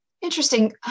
Interesting